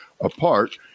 apart